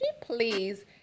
please